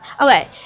Okay